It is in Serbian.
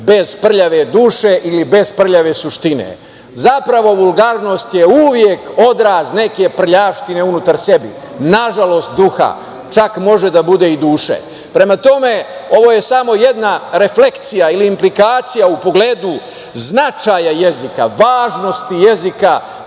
bez prljave duše ili bez prljave suštine? Zapravo, vulgarnost je uvek odraz neke prljavštine unutar sebe, nažalost duha, čak može da bude i duše. Prema tome, ovo je samo jedna reflekcija ili implikacija u pogledu značaja jezika, važnosti jezika,